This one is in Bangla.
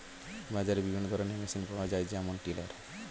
বাজারে বিভিন্ন ধরনের মেশিন পাওয়া যায় যেমন টিলার